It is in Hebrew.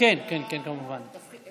חבר הכנסת יואב קיש, סגן השר?